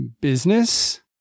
business